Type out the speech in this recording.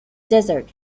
desert